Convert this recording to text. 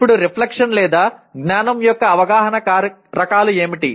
ఇప్పుడు రిఫ్లెక్షన్ లేదా జ్ఞానం యొక్క అవగాహన రకాలు ఏమిటి